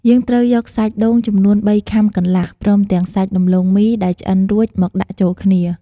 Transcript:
យើងត្រូវយកសាច់ដូងចំនួន ៣ខាំកន្លះ ព្រមទាំងសាច់ដំឡូងមីដែលឆ្អិនរួចមកដាក់ចូលគ្នា។